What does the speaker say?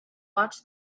watch